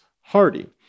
Hardy